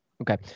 Okay